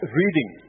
reading